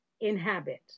inhabit